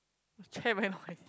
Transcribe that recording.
your chair very noisy